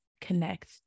connect